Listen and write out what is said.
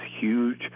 huge